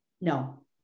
No